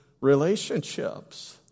relationships